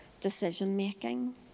decision-making